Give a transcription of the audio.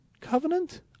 Covenant